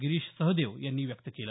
गिरीश सहदेव यांनी व्यक्त केलं